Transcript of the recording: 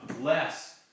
less